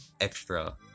extra